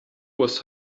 was